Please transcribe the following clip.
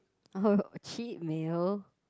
oh cheap meal